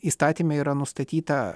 įstatyme yra nustatyta